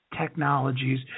technologies